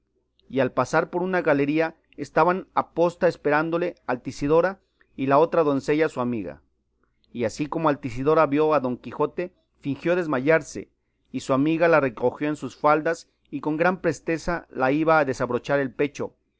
y al pasar por una galería estaban aposta esperándole altisidora y la otra doncella su amiga y así como altisidora vio a don quijote fingió desmayarse y su amiga la recogió en sus faldas y con gran presteza la iba a desabrochar el pecho